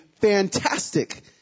fantastic